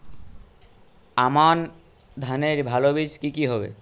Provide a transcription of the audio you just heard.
আমান ধানের ভালো বীজ কি কি হবে?